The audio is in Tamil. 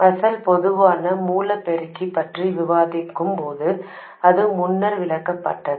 அசல் பொதுவான மூல பெருக்கி பற்றி விவாதிக்கும் போது இது முன்னர் விளக்கப்பட்டது